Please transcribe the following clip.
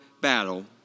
battle